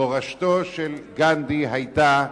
מורשתו של גנדי היתה: